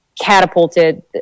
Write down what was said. catapulted